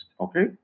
Okay